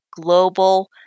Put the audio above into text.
global